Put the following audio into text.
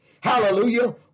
hallelujah